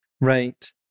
Right